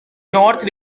north